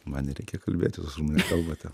man nereikia kalbėti jūs už mane kalbate